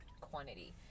quantity